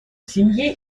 семье